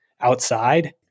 outside